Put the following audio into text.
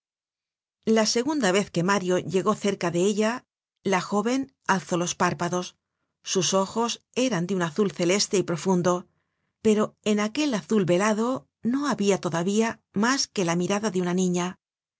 la segunda vez que mario llegó cerca de ella la jóven alzó los párpados sus ojos eran de un azul celeste y profundo pero en aquel azul velado no habia todavía mas que la mirada de una niña